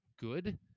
good